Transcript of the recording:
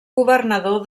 governador